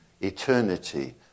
eternity